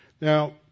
Now